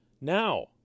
Now